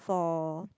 for